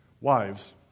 Wives